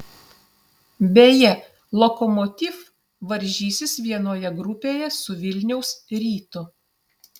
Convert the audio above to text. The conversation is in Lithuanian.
beje lokomotiv varžysis vienoje grupėje su vilniaus rytu